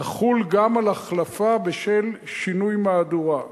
תחול גם על החלפה בשל שינוי מהדורה.